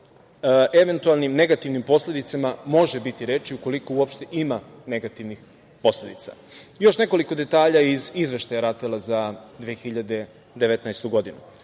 eventualnim negativnim posledicama može biti reči ukoliko uopšte ima negativnih posledica? Još nekoliko detalja iz izveštaja RATEL-a za 2019. godinu.